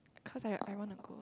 cause I I want to go